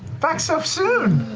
back so soon?